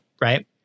right